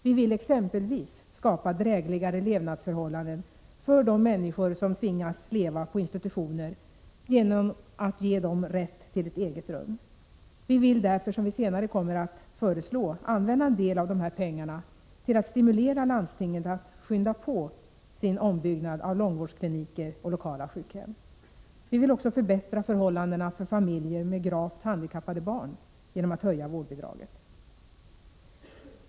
Vi vill exempelvis skapa drägligare levnadsförhållanden för de människor som tvingas leva på institutioner genom att ge dem rätt till ett eget rum. Vi vill därför, som vi senare också kommer att föreslå, använda en del av de här pengarna till att stimulera landstingen att skynda på sin ombyggnad av långvårdskliniker och lokala sjukhem. Vi vill också förbättra förhållandena för familjer med gravt handikappade barn genom att höja vårdbidraget.